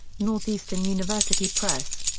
northeastern university press.